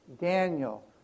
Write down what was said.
Daniel